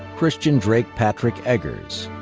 christian drake patrick eggers.